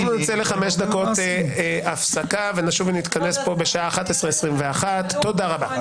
אנחנו נצא לחמש דקות הפסקה ונשוב ונתכנס פה בשעה 11:21. תודה רבה.